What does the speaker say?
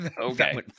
Okay